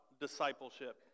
discipleship